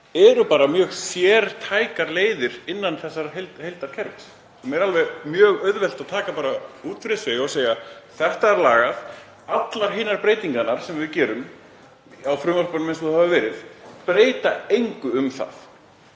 eru bara mjög sértækar leiðir innan þessa heildarkerfis sem er mjög auðvelt að taka út fyrir sviga og segja: Þetta er lagað. Allar hinar breytingarnar sem við gerum á frumvörpunum eins og þau hafa verið breyta engu um það.